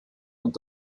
und